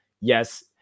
Yes